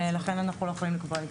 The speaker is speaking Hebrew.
לכן אנחנו לא יכולים לקבוע את זה.